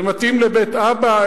זה מתאים לבית אבא?